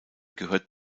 gehört